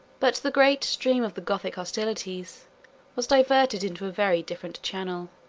but the great stream of the gothic hostilities was diverted into a very different channel.